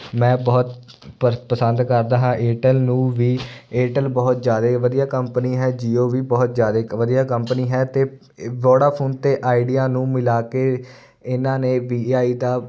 ਮੈਂ ਬਹੁਤ ਪ ਪਸੰਦ ਕਰਦਾ ਹਾਂ ਏਅਰਟੈਲ ਨੂੰ ਵੀ ਏਅਰਟੈਲ ਬਹੁਤ ਜ਼ਿਆਦਾ ਵਧੀਆ ਕੰਪਨੀ ਹੈ ਜੀਓ ਵੀ ਬਹੁਤ ਜ਼ਿਆਦਾ ਇੱਕ ਵਧੀਆ ਕੰਪਨੀ ਹੈ ਅਤੇ ਵੋਡਾਫੋਨ ਅਤੇ ਆਈਡੀਆ ਨੂੰ ਮਿਲਾ ਕੇ ਇਹਨਾਂ ਨੇ ਵੀ ਆਈ ਦਾ